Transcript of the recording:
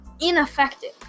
ineffective